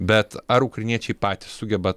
bet ar ukrainiečiai patys sugeba